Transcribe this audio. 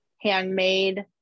handmade